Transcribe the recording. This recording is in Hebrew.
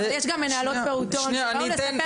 אבל יש גם מנהלות פעוטון שבאו לספר